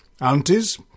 Aunties